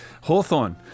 Hawthorne